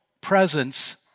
presence